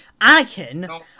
Anakin